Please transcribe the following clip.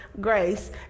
grace